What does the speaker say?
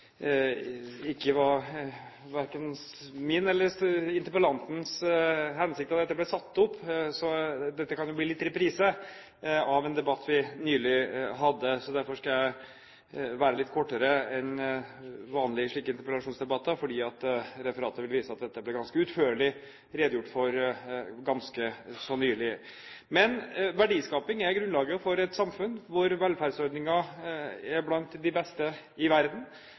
ikke var verken min eller interpellantens hensikt da dette ble satt opp. Så dette kan jo bli litt reprise på en debatt vi nylig hadde. Derfor skal jeg være litt kortere enn vanlig i slike interpellasjonsdebatter, for referatet vil vise at dette ble ganske utførlig redegjort for ganske nylig. Men verdiskaping er grunnlaget for et samfunn der velferdsordningene er blant de beste i verden.